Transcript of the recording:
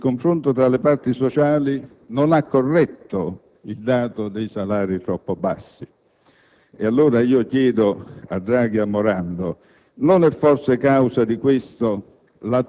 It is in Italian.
Tutto questo non è un problema di pochi moralisti, diventa un problema del Paese. Lo dice il governatore Draghi quando sottolinea che esiste una questione salariale che deprime le prospettive di crescita complessiva.